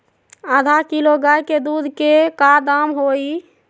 आधा किलो गाय के दूध के का दाम होई?